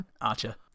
Archer